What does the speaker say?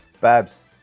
Babs